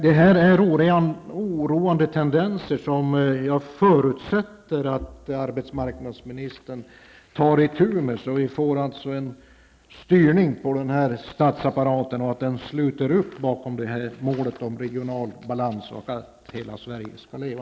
Detta är oroande tendenser, och jag förutsätter att arbetsmarknadsministern tar itu med dem, så att vi får en styrning av statsapparaten och så att den sluter upp bakom målet om regional balans och att hela Sverige skall leva.